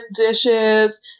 dishes